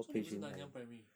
so 你不是南洋 primary